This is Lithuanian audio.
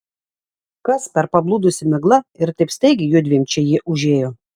kas per pablūdusi migla ir taip staigiai judviem čia ji užėjo